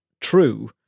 true